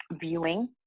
viewing